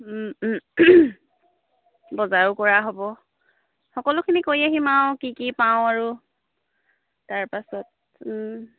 বজাৰো কৰা হ'ব সকলোখিনি কৰি আহিম আৰু কি কি পাওঁ আৰু তাৰপাছত